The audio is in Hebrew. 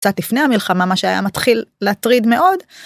קצת לפני המלחמה מה שהיה מתחיל להטריד מאוד.